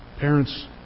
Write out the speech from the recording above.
Parents